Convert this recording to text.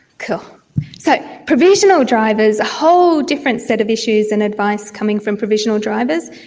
so provisional drivers, a whole different set of issues and advice coming from provisional drivers.